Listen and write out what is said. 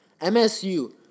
MSU